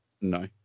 no